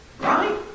Right